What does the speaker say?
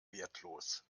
wertlos